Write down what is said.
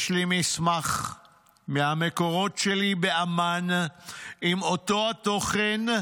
יש לי מסמך מהמקורות שלי באמ"ן עם אותו תוכן,